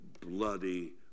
bloody